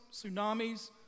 tsunamis